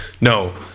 No